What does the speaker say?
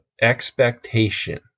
expectation